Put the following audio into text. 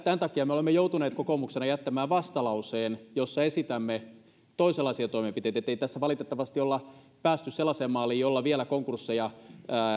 tämän takia me kokoomus olemme joutuneet jättämään vastalauseen jossa esitämme toisenlaisia toimenpiteitä ei tässä valitettavasti olla päästy sellaiseen maaliin jolla vielä konkursseja